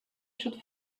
should